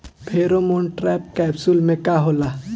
Pheromone trap capsule में का होला?